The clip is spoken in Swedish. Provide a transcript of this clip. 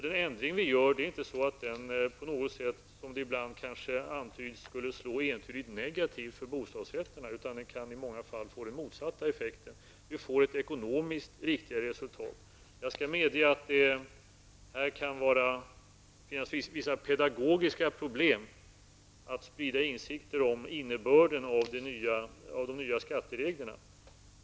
Det är inte så, som det ibland antyds, att den ändring vi gör skulle utfalla entydigt negativt för bostadsrätterna. Den kan i många fall få den motsatta effekten. Man får ett ekonomiskt riktigare resultat. Jag skall medge att det kan finnas vissa pedagogiska problem att sprida insikt om innebörden av de nya skattereglerna.